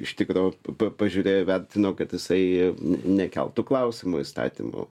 iš tikro pa pažiūrėjo įvertino kad jisai ne nekeltų klausimų įstatymų